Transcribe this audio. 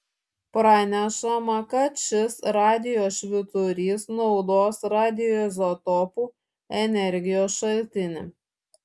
pranešama kad šis radijo švyturys naudos radioizotopų energijos šaltinį